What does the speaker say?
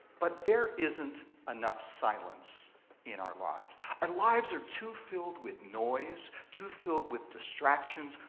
but there isn't enough silence in our lives. our lives are too filled with noise, too filled with distractions,